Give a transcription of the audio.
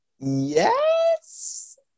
Yes